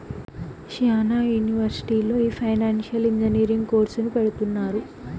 శ్యానా యూనివర్సిటీల్లో ఈ ఫైనాన్సియల్ ఇంజనీరింగ్ కోర్సును పెడుతున్నారు